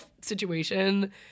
situation